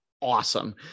awesome